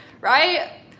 right